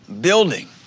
building